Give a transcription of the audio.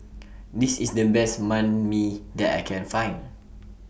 This IS The Best Banh MI that I Can Find